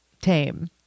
tame